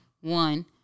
one